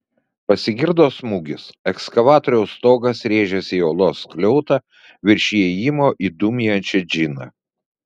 pasigirdo smūgis ekskavatoriaus stogas rėžėsi į olos skliautą virš įėjimo į dūmijančią džiną